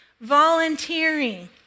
volunteering